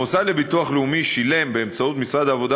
המוסד לביטוח לאומי שילם באמצעות משרד העבודה,